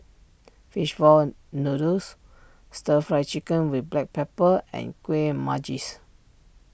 Fish Ball Noodles Stir Fry Chicken with Black Pepper and Kuih Manggis